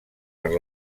per